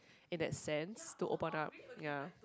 in that sense to open up ya